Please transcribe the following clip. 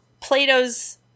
Plato's